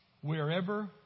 wherever